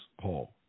Paul